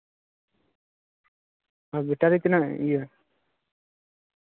ᱟᱨ battery ᱛᱤᱱᱟᱹᱜ ᱤᱭᱟᱹ